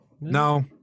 No